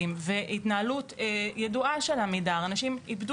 אגב, הם לא יכולים לקנות דירות מהר, אבל צווי